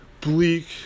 bleak